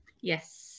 Yes